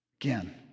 again